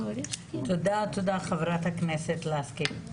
תודה, חברת הכנסת לסקי.